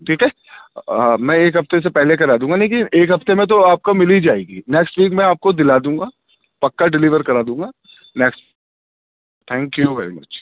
ٹھیک ہے آ میں ایک ہفتے سے پہلے کرا دوں گا لیکن ایک ہفتے میں تو آپ کو مِل ہی جائے گی نیکسٹ ویک میں آپ کو دِلا دوں گا پکا ڈلیور کرا دوں گا next thank you very much